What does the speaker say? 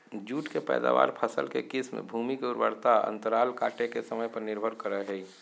जुट के पैदावार, फसल के किस्म, भूमि के उर्वरता अंतराल काटे के समय पर निर्भर करई हई